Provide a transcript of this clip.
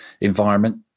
environment